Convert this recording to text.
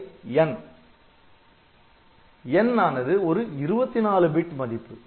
'n' ஆனது ஒரு 24 bit மதிப்பு